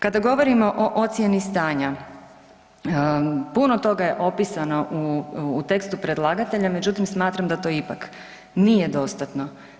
Kada govorimo o ocijeni stanja, puno toga je opisano u, u tekstu predlagatelja, međutim smatram da to ipak nije dostatno.